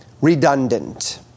redundant